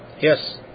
yes